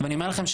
אני אומר לכם,